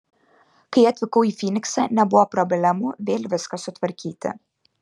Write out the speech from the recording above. kai atvykau į fyniksą nebuvo problemų vėl viską sutvarkyti